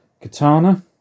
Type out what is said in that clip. Katana